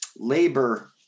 labor